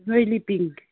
रोइली pink